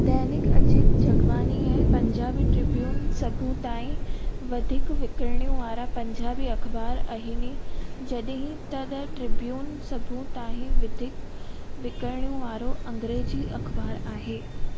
दैनिक अजीत जगबानी ऐं पंजाबी ट्रिब्यून सभु ताईं वधीक विकणणु वारा पंजाबी अख़बार आहिनि जड॒हिं त द ट्रिब्यून सभु ताईं वधीक विकणणु वारो अंग्रेज़ी अख़बार आहे